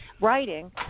writing